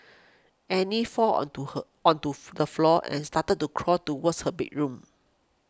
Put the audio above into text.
Annie fall onto her onto the floor and started to crawl towards her bedroom